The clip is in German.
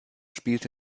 spielte